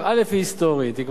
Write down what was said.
היא כבר שייכת להיסטוריה,